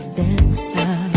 dancer